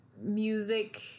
music